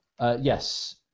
Yes